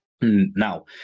now